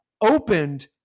opened